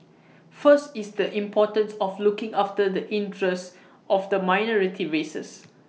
first is the importance of looking after the interest of the minority races